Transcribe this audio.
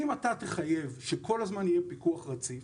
אם אתה תחייב שכל הזמן יהיה פיקוח רציף,